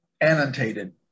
Annotated